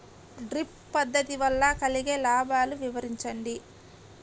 Drip పద్దతి వల్ల కలిగే లాభాలు వివరించండి?